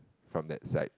from that side